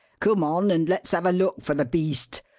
come on and let's have a look for the beast.